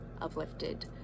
uplifted